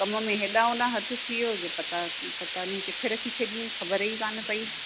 कमु में हेॾा होॾा हथु थी वियो हुजे पता पता नईं किथे रखी छॾियई ख़बर ई कान पेई